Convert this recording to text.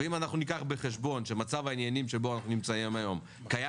ואם ניקח בחשבון שמצב העניינים שבו אנחנו נמצאים היום קיים